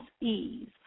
ease